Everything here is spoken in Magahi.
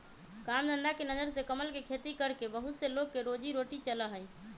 काम धंधा के नजर से कमल के खेती करके बहुत से लोग के रोजी रोटी चला हई